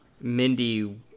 mindy